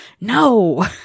No